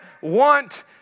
want